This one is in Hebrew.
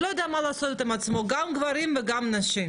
הוא לא יודע מה לעשות עם עצמו, גם גברים וגם נשים.